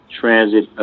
Transit